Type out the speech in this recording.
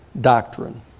Doctrine